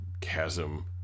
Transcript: chasm